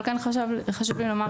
אבל כן חשוב לי לומר,